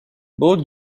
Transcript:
both